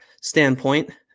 standpoint